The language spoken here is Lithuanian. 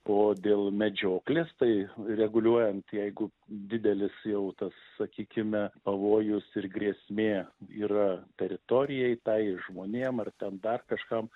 o dėl medžioklės tai reguliuojant jeigu didelis jau tas sakykime pavojus ir grėsmė yra teritorijai tai žmonėms ar ten dar kažkam